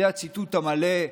זה הציטוט המלא,